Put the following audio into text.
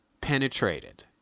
penetrated